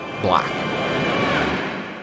black